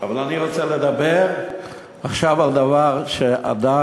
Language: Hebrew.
אבל אני רוצה לדבר עכשיו על דבר שעדיין